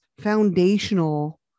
foundational